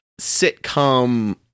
sitcom